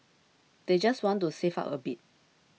they just want to save up a bit